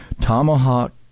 Tomahawk